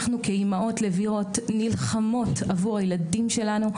אנחנו כאימהות לביאות נלחמות עבור הילדים שלנו,